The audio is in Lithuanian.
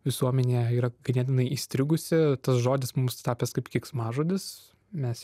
visuomenėje yra ganėtinai įstrigusi tas žodis mums tapęs kaip keiksmažodis mes